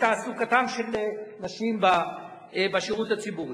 הצעת החוק מדברת על השירות הציבורי.